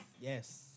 Yes